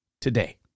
today